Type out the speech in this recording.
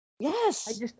Yes